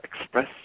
express